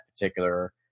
particular